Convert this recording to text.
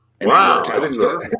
Wow